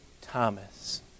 Thomas